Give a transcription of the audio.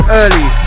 early